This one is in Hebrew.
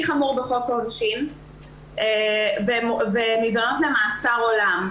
חמור בחוק העונשין והן נידונות למאסר עולם.